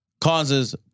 causes